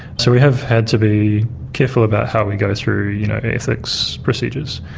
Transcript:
so we have had to be careful about how we go through you know ethics procedures.